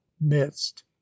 midst